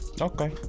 Okay